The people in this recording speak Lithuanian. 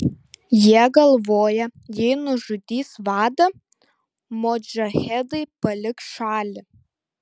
jie galvoja jei nužudys vadą modžahedai paliks šalį